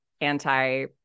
anti